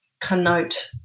connote